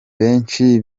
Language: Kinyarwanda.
benshi